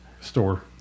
Store